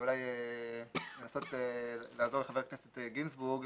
אולי לנסות לעזור לחבר הכנסת גינזבורג.